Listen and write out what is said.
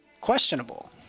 questionable